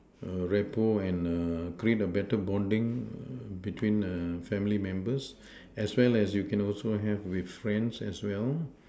a rapport and create a better bonding between family members as well as you can also have with friends as well